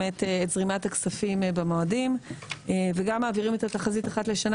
זרימת הכספים במועדים וגם מעבירים את התחזית אחת לשנה,